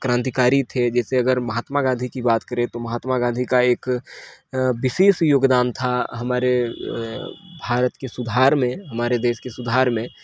क्रांतिकारी थे जैसे अगर महात्मा गांधी की बात करें तो महात्मा गांधी का एक विशेष योगदान था हमारे भारत के सुधार में हमारे देश के सुधार में